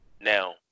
Now